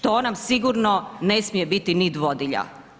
To nam sigurno ne smije biti nit vodilja.